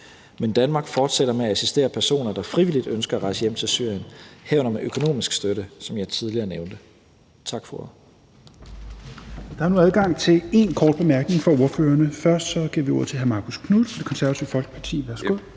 Men Danmark fortsætter med at assistere personer, der frivilligt ønsker at rejse hjem til Syrien, herunder med økonomisk støtte, som jeg tidligere nævnte. Tak for ordet. Kl. 17:04 Fjerde næstformand (Rasmus Helveg Petersen): Der er nu adgang til én kort bemærkning for ordførerne. Først giver vi ordet til hr. Marcus Knuth, Det Konservative Folkeparti. Værsgo.